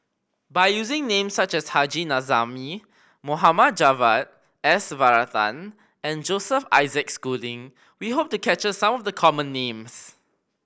by using names such as Haji Namazie Mohd Javad S Varathan and Joseph Isaac Schooling we hope to capture some of the common names